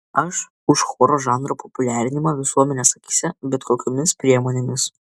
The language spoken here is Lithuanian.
aš už choro žanro populiarinimą visuomenės akyse bet kokiomis priemonėmis